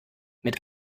mit